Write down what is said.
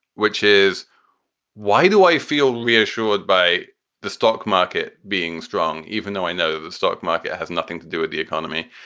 which is why do i feel reassured by the stock market being strong, even though i know the stock market has nothing to do with the economy?